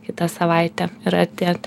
kitą savaitę yra tie